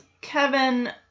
Kevin